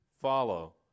follow